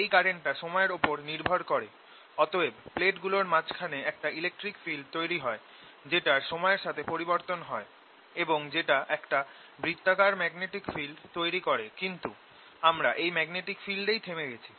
এই কারেন্টটা সময়ের ওপর নির্ভর করে অতএব প্লেট গুলোর মাঝখানে একটা ইলেকট্রিক ফিল্ড তৈরি হয় যেটার সময়ের সাথে পরিবর্তন হয় এবং যেটা একটা বৃত্তাকার ম্যাগনেটিক ফিল্ড তৈরি করে কিন্তু আমরা এই ম্যাগনেটিক ফিল্ডেই থেমে গেছি